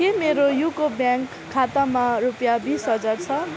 के मेरो UCO bank खातामा रुपियाँ बिस हजार छ